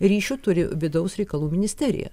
ryšių turi vidaus reikalų ministerija